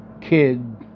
kid